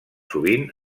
sovint